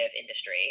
industry